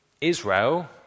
Israel